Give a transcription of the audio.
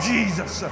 Jesus